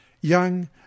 Young